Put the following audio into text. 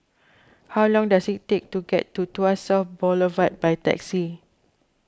how long does it take to get to Tuas South Boulevard by taxi